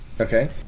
Okay